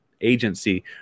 agency